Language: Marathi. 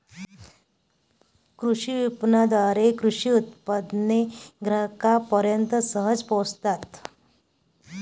कृषी विपणनाद्वारे कृषी उत्पादने ग्राहकांपर्यंत सहज पोहोचतात